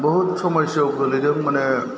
बहुत समयसायाव गोलैदों माने